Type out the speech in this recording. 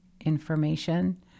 information